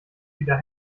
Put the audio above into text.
wieder